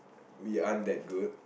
we aren't that good